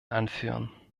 anführen